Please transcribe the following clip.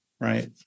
right